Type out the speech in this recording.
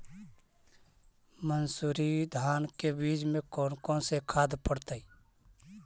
मंसूरी धान के बीज में कौन कौन से खाद पड़तै?